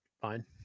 fine